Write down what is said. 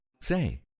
Say